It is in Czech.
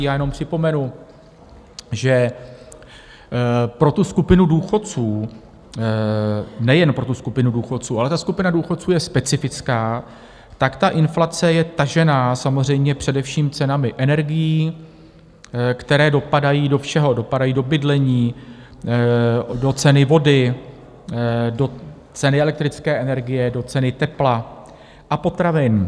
Já jenom připomenu, že pro tu skupinu důchodců, nejen pro tu skupinu důchodců, ale ta skupina důchodců je specifická, tak ta inflace je tažená především cenami energií, které dopadají do všeho, dopadají do bydlení, do ceny vody, do ceny elektrické energie, do ceny tepla a potravin.